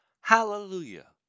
Hallelujah